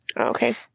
Okay